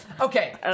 Okay